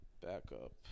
Backup